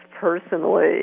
personally